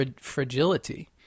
fragility